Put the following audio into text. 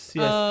yes